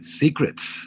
secrets